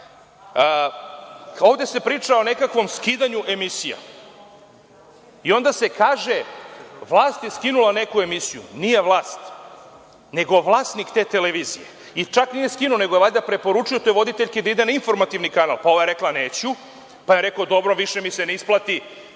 ovde se priča o nekakvom skidanju emisija i onda se kaže – vlast je skinula neku emisiju. Nije vlast, nego vlasnik te televizije i čak nije skinuo, nego je preporučio toj voditeljki da ide na informativni kanal, a ova je rekla – neću, pa je on rekao – dobro, više mi se isplati,